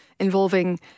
involving